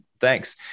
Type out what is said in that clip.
Thanks